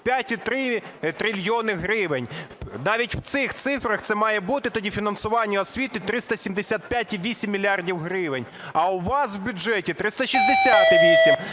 5,3 трильйона гривень. Навіть в цих цифрах це має бути тоді фінансування освіти 375,8 мільярда гривень. А у вас в бюджеті 360,8.